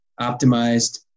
optimized